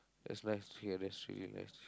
that's nice to hear that's really nice